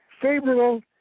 favorable